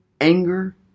Anger